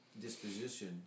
disposition